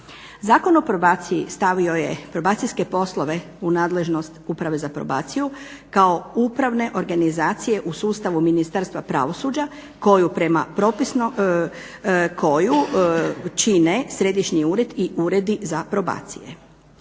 Zakon o probaciji stavio je probacijske poslove u nadležnost Uprave za probaciju kao upravne organizacije u sustavu Ministarstva pravosuđa koju čine središnji ured i uredi za probaciju.